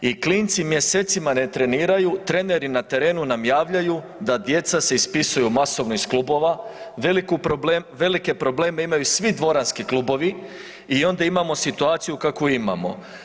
I klinci mjesecima ne treniraju, treneri na terenu nam javljaju da djeca se ispisuju masovno iz klubova, velike probleme imaju i svi dvoranski klubovi i onda imamo situaciju kakvu imamo.